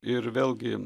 ir vėlgi